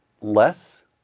less